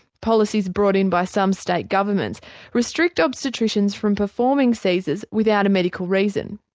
policies brought in by some state governments restrict obstetricians from performing caesars without a medical reason.